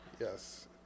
Yes